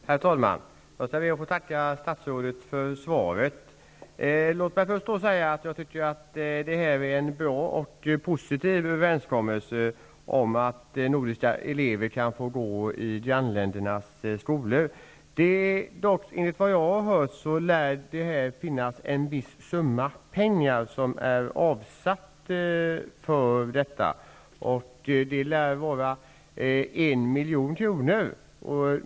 Herr talman! Jag skall be att få tacka statsrådet för svaret. Låt mig först säga att jag tycker att överenskommelsen att nordiska elever kan få gå i grannländernas skolor är bra och positiv. Enligt vad jag har hört lär det finnas en viss summa pengar avsatt för detta. Det lär vara en miljon kronor.